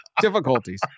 difficulties